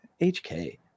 hk